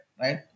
right